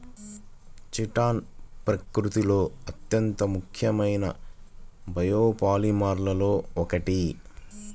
chitin ప్రకృతిలో అత్యంత ముఖ్యమైన బయోపాలిమర్లలో ఒకటి